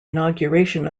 inauguration